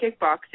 kickboxing